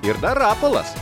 ir dar rapolas